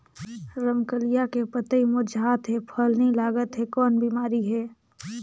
रमकलिया के पतई मुरझात हे फल नी लागत हे कौन बिमारी हे?